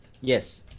Yes